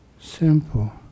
simple